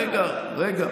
רגע, רגע.